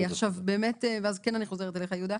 אני חוזרת אליך, יהודה,